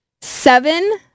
Seven